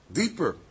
deeper